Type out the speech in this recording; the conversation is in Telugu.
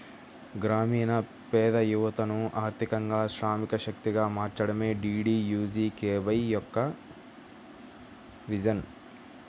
గ్రామీణ పేద యువతను ఆర్థికంగా శ్రామిక శక్తిగా మార్చడమే డీడీయూజీకేవై యొక్క విజన్